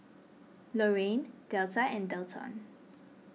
Lorrayne Delta and Delton